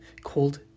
called